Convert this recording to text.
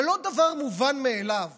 זה לא דבר מובן מאליו